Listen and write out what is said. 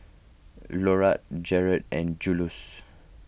Lolla Jarett and Juluis